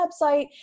website